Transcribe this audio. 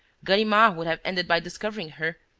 ganimard would have ended by discovering her.